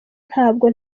ntabwo